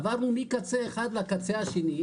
עברנו מקצה אחד לקצה השני,